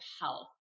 health